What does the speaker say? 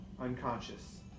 Unconscious